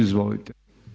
Izvolite.